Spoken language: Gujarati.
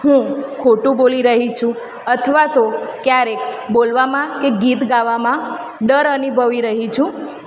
હું ખોટું બોલી રહી છું અથવા તો ક્યારેક બોલવામાં કે ગીત ગાવામાં ડર અનુભવી રહી છું